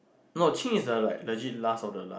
no Ching is the like legit last of the lord